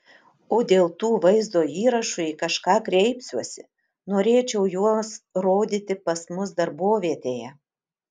o dėl tų vaizdo įrašų į kažką kreipsiuosi norėčiau juos rodyti pas mus darbovietėje